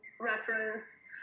reference